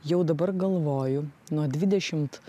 jau dabar galvoju nuo dvidešimt